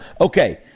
Okay